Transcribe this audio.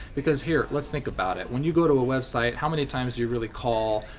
because here, let's think about it, when you go to a website, how many times you really call,